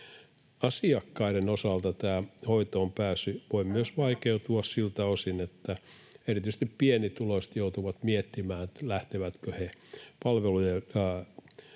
Asiakkaiden osalta hoitoonpääsy voi vaikeutua siltä osin, että erityisesti pienituloiset joutuvat miettimään, lähtevätkö he palvelujen